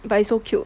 but it's so cute